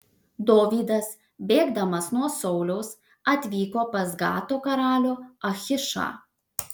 dovydas bėgdamas nuo sauliaus atvyko pas gato karalių achišą